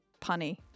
punny